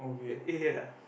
eh eh ya